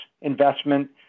investment